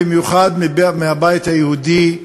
במיוחד מהבית היהודי,